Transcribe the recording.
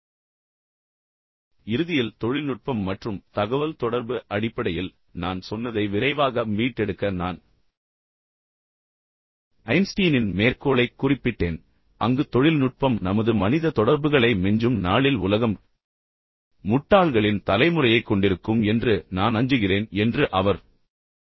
இப்போது இறுதியில் தொழில்நுட்பம் மற்றும் தகவல்தொடர்பு அடிப்படையில் நான் சொன்னதை விரைவாக மீட்டெடுக்க நான் ஐன்ஸ்டீனின் மேற்கோளைக் குறிப்பிட்டேன் அங்கு தொழில்நுட்பம் நமது மனித தொடர்புகளை மிஞ்சும் நாளில் உலகம் முட்டாள்களின் தலைமுறையைக் கொண்டிருக்கும் என்று நான் அஞ்சுகிறேன் என்று அவர் கூறுகிறார்